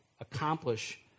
accomplish